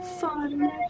Fun